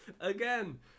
Again